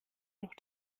doch